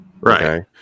right